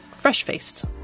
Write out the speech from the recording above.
Fresh-faced